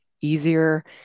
easier